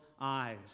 eyes